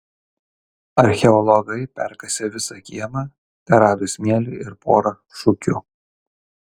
archeologai perkasę visą kiemą terado smėlį ir porą šukių